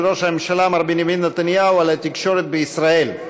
ראש הממשלה מר בנימין נתניהו על התקשורת בישראל,